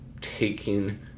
taking